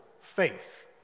faith